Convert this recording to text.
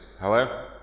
Hello